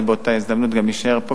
ואני באותה הזדמנות גם אשאר פה,